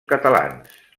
catalans